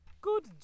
Good